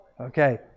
Okay